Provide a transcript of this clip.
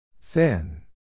Thin